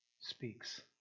Speaks